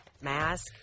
mask